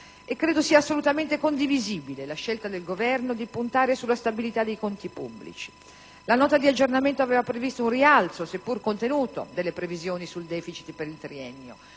Credo sia assolutamente condivisibile la scelta del Governo di puntare sulla stabilità dei conti pubblici. La Nota di aggiornamento al DPEF aveva previsto un rialzo, seppure contenuto, delle previsioni sul deficit per il triennio,